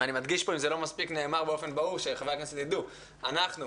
ואני מדגיש פה אם זה לא נאמר באופן ברור שחברי הכנסת ידעו: אנחנו